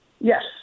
Yes